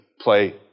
play